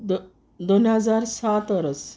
दोन हाजार सात वोरोस